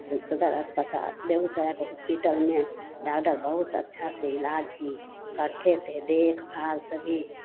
तब सदर अस्पताल बेगूसराय को होस्पिटल में डागडर बहुत अच्छा से इलाज भी करते थे देख भाल सभी